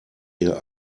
ihr